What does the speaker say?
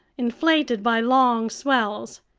inflated by long swells.